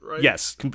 Yes